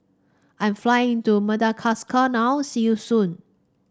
I'm flying to Madagascar now see you soon